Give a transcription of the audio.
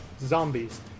zombies